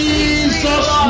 Jesus